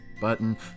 button